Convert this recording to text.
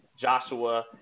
Joshua